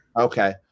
Okay